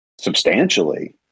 substantially